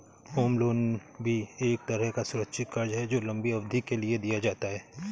home loan भी एक तरह का सुरक्षित कर्ज है जो लम्बी अवधि के लिए दिया जाता है